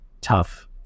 tough